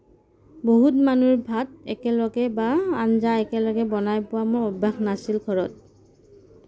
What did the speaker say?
বহুত মানুহৰ ভাত একেলগে বা আঞ্জা একেলগে বনাই পোৱা মোৰ অভ্যাস নাছিল ঘৰত